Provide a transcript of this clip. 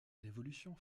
révolution